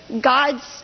God's